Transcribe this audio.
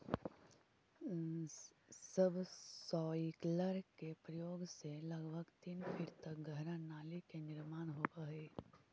subsoiler के प्रयोग से लगभग तीन फीट तक गहरा नाली के निर्माण होवऽ हई